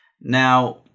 Now